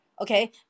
okay